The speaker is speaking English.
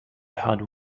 hard